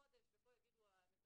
חודש, ופה יגידו המטפלים,